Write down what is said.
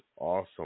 awesome